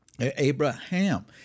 Abraham